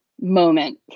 moment